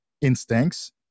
instincts